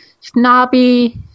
snobby